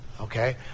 okay